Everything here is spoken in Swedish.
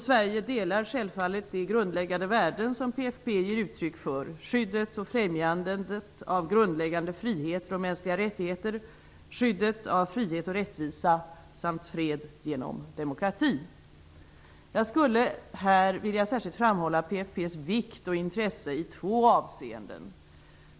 Sverige delar självfallet de grundläggande värden som PFF ger uttryck för: skyddet och främjandet av grundläggande friheter och mänskliga rättigheter, skyddet av frihet och rättvisa samt fred genom demokrati. Jag vill här särskilt framhålla PFF:s vikt och intresse i två avseenden.